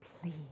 please